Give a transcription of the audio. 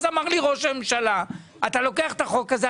אז אמר לי ראש הממשלה: אתה לוקח את החוק הזה,